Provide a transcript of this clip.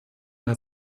hat